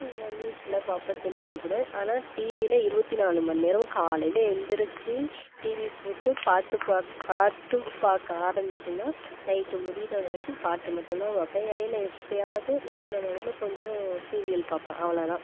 நியூஸ்ல பார்ப்பேன் செல்லில் கூட ஆனால் டிவியில இருபத்திநாலு மணி நேரமும் காலையில் எந்துரிச்சு டிவி போட்டு பாட்டு பாக் பாட்டு பார்க்க ஆரம்பிச்சேனால் நைட்டு முடிகிற வரைக்கும் பாட்டு மட்டும் தான் பார்ப்பேன் இடையில எப்போயாவது நடுவில் நடுவில் கொஞ்சம் சீரியல் பார்ப்பேன் அவ்வளோதான்